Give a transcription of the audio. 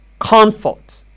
Comfort